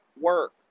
work